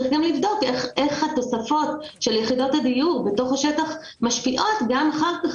צריך גם לבדוק איך התוספות של יחידות הדיור בתוך השטח משפיעות אחר כך גם